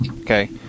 Okay